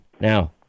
Now